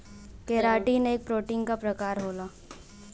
keratin एक protein क प्रकार होला